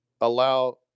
allow